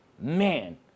Man